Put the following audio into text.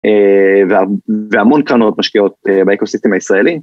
והמון קרנות משקיעות באקוסיסטם הישראלי.